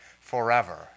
forever